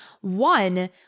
One